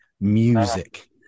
music